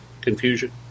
confusion